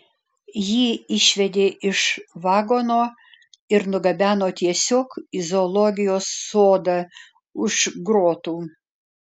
jį išvedė iš vagono ir nugabeno tiesiog į zoologijos sodą už grotų